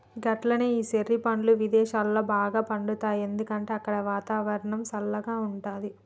గట్లనే ఈ చెర్రి పండ్లు విదేసాలలో బాగా పండుతాయి ఎందుకంటే అక్కడ వాతావరణం సల్లగా ఉంటది